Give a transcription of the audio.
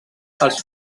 els